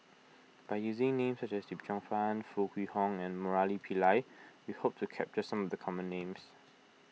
by using names such as Yip Cheong Fun Foo Kwee Horng and Murali Pillai we hope to capture some of the common names